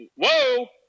Whoa